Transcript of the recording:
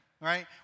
right